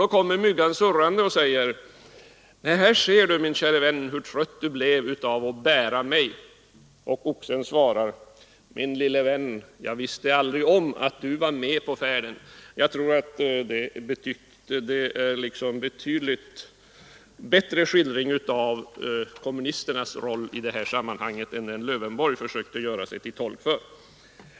Då kommer myggan surrande och sade: ”Här ser du, min käre vän, hur trött du blev av att bära mig.” Och oxen svarade: ”Min lille vän, jag visste aldrig om att du var med på färden.” Jag tycker att det är en betydligt bättre skildring av kommunisternas roll i detta sammanhang än den som herr Lövenborg här gav.